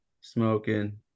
smoking